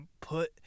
Put